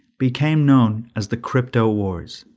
became known as the cryptowars.